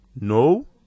no